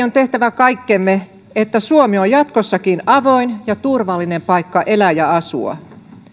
on tehtävä kaikkemme että suomi on jatkossakin avoin ja turvallinen paikka elää ja asua